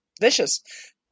vicious